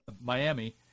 Miami